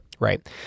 Right